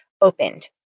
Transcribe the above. opened